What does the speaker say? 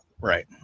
Right